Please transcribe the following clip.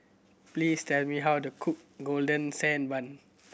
please tell me how to cook Golden Sand Bun